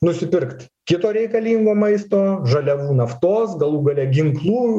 nusipirkt kito reikalingo maisto žaliavų naftos galų gale ginklų